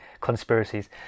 conspiracies